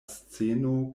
sceno